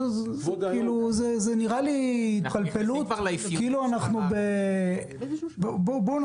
זה נראה לי התפלפלות, ואנחנו יכולים